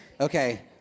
Okay